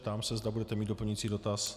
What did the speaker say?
Ptám se, zda budete mít doplňující dotaz.